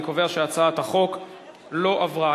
אני קובע שהצעת החוק לא עברה.